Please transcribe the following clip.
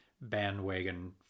bandwagon